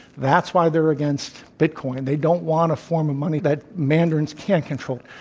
that's why they're against bitcoin. they don't want a form of monies that mandarins can't control